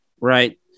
right